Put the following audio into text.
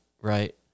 right